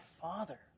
Father